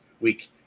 week